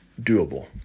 doable